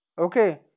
Okay